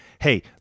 hey